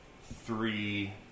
Three